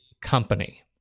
Company